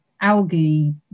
algae